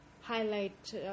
highlight